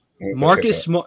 Marcus